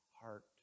heart